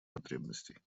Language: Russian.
потребностей